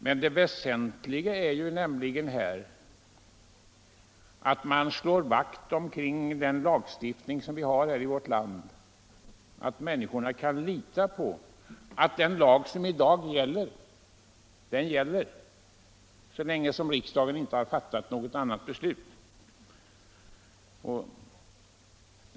Men det väsentliga här måste vara att slå vakt om den lagstiftning vi har här i landet, så att medborgarna kan lita på att den lag vi i dag har gäller så länge som riksdagen inte har fattat något annat beslut.